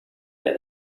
but